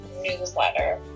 newsletter